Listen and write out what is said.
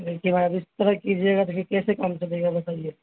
لیکن میں اب اس طرح کیجیے گا تو کیسے کام چلے گا بتائیے